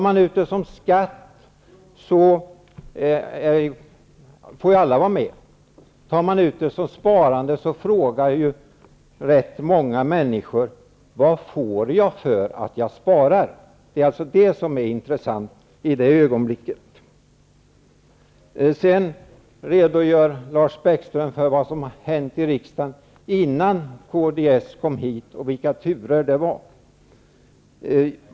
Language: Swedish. Om man tar ut det som skatt får alla vara med. Om man tar ut det som sparande kommer rätt många människor att fråga: Vad får jag för att spara? Det är alltså det som är intressant i det ögonblicket. Sedan redogjorde Lars Bäckström för vad som har hänt i riksdagen innan kds kom hit och vilka turer som har förekommit.